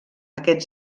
aquest